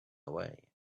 away